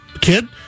kid